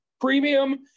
premium